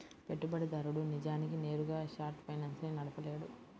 పెట్టుబడిదారుడు నిజానికి నేరుగా షార్ట్ ఫైనాన్స్ ని నడపలేడు